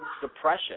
depression